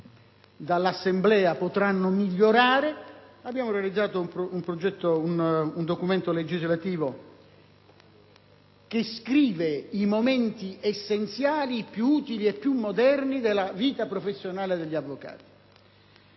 dall'Assemblea potranno migliorare; abbiamo realizzato un documento legislativo che scrive i momenti essenziali più utili e più moderni della vita professionale degli avvocati.